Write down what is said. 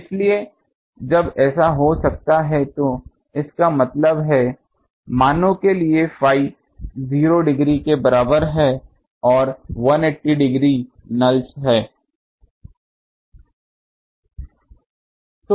इसलिए जब ऐसा हो सकता है तो इसका मतलब है मानों के लिए phi 0 डिग्री के बराबर है और 180 डिग्री nulls हैं